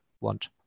want